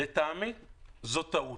לדעתי זו טעות.